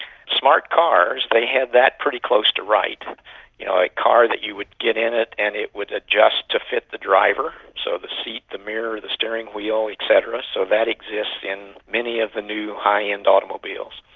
smart cars, they had that pretty close to right. you know, a car that you would get in and it would adjust to fit the driver, so the seat, the mirror, the steering wheel et cetera, so that exists in many of the new high-end automobiles.